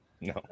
No